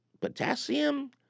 Potassium